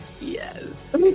Yes